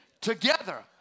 together